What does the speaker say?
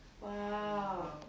Wow